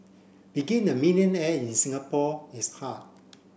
begin a millionaire in Singapore is hard